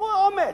קחו אומץ,